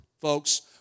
folks